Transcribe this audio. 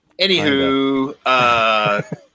anywho